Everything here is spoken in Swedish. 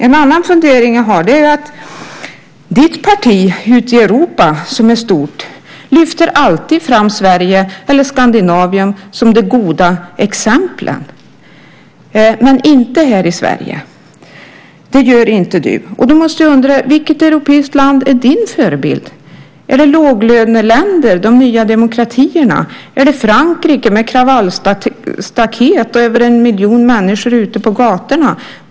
En annan fundering jag har är att ditt parti ute i Europa som är stort alltid lyfter fram Sverige eller Skandinavien som det goda exemplet, men inte här i Sverige. Det gör inte du. Då måste jag undra: Vilket europeiskt land är din förebild? Är det låglöneländer, de nya demokratierna, Frankrike med kravallstaket och över en miljon människor ute på gatorna?